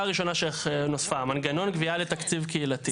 הראשונה שנוספה: "מנגנון גבייה לתקציב קהילתי".